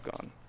gone